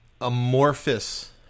amorphous